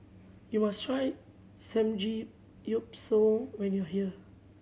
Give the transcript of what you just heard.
you must try Samgeyopsal when you are here